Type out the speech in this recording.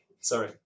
sorry